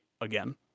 again